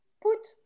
put